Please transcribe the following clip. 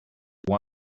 one